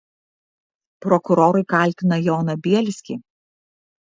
prokurorai kaltina joną bielskį